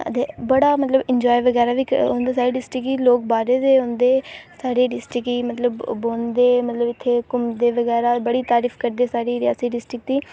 ते बड़ा मतलब एंजॉय बगैरा बी होंदा साढ़ी डिस्ट्रिक्ट च बी की लोक बाहरै दे औंदे साढ़ी डिस्ट्रिक्ट च गी ओह् बौहंदे ते इत्थें घुम्मदे बगैरा ते बड़ी तारीफ करदे साढ़ी रियासी डिस्ट्रिक्ट दी